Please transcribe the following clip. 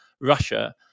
Russia